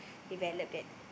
develop that